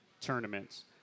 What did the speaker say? tournaments